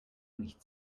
nicht